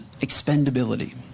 expendability